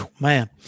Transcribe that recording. man